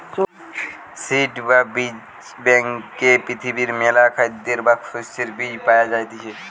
seed বা বীজ ব্যাংকে পৃথিবীর মেলা খাদ্যের বা শস্যের বীজ পায়া যাইতিছে